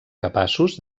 capaços